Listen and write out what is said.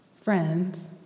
friends